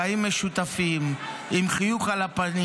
חיים משותפים עם חיוך על הפנים.